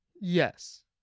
Yes